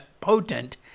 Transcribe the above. potent